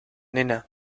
nena